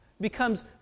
becomes